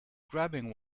grabbing